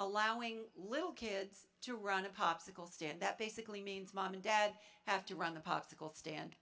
allowing little kids to run a popsicle stand that basically means mom and dad have to run a popsicle stand